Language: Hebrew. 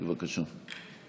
בבקשה.